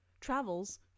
travels